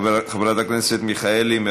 חברת הכנסת מרב מיכאלי,